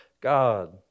God